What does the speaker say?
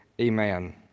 amen